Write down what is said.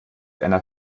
einer